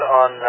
on